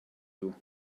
you